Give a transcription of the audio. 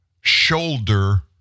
shoulder